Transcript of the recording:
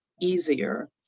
easier